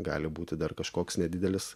gali būti dar kažkoks nedidelis